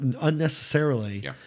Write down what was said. unnecessarily